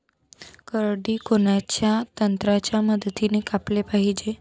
करडी कोनच्या यंत्राच्या मदतीनं कापाले पायजे?